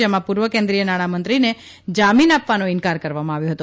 જેમાં પૂર્વ કેન્દ્રિય નાણાંમંત્રીને જામીન આપવાનો ઇન્કાર કરવામાં આવ્યો હતો